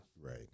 Right